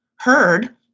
heard